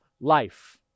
life